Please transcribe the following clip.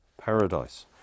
paradise